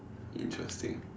interesting